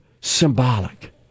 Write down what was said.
symbolic